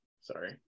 sorry